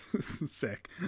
sick